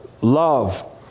love